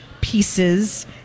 pieces